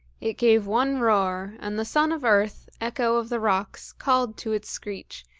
it gave one roar, and the son of earth, echo of the rocks, called to its screech,